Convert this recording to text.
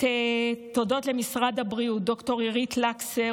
תודות למשרד הבריאות: ד"ר אירית לקסר,